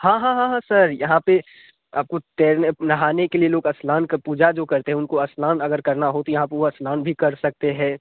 हाँ हाँ हाँ हाँ सर यहाँ पर आपको तैरने नहाने के लिए लोग स्नान का पूजा जो करते हैं उनको स्नान अगर करना हो तो यहाँ पर वो स्नान भी कर सकते हैं